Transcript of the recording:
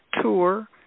tour